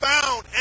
found